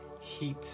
heat